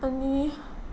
आनी